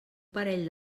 parell